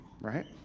right